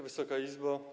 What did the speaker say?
Wysoka Izbo!